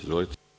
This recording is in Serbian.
Izvolite.